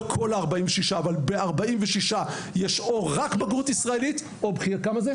לא כל ה-46 אבל ב-46 בתי ספר יש או רק בגרות ישראלית או גם וגם.